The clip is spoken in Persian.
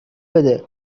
بده